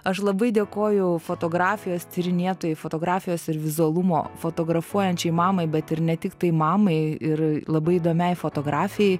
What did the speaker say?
aš labai dėkoju fotografijos tyrinėtojai fotografijos ir vizualumo fotografuojančiai mamai bet ir ne tiktai mamai ir labai įdomiai fotografei